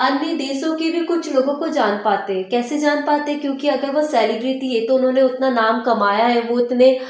अन्य देशों के भी कुछ लोगों को जान पाते कैसे जान पाते हैं क्योंकि अगर वो सेलेब्रिटी हैं तो उन्होंने उतना नाम कमाया है वो इतने